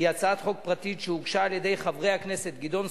עוד ארוך כאן,